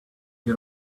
you